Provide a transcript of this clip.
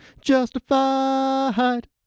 justified